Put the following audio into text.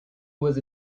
was